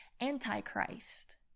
Antichrist